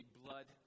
blood